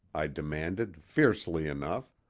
i demanded, fiercely enough,